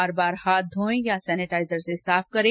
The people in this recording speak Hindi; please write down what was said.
बार बार हाथ घोयें या सेनेटाइजर से साफ करें